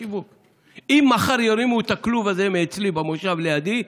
אם מחר ירימו את הכלוב הזה אצלי במושב, לידי,